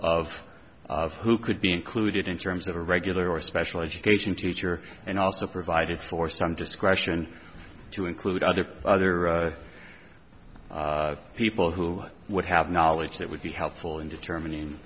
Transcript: scope of who could be included in terms of a regular or special education teacher and also provided for some discretion to include other other people who would have knowledge that would be helpful in determining